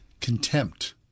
contempt